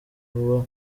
vuba